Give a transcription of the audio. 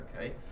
okay